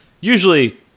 Usually